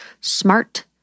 Smart